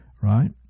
right